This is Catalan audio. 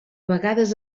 vegades